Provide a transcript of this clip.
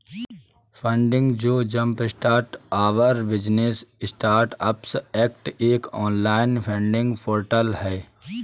funding जो jumpstart our business startups act एक online funding portal है